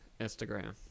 Instagram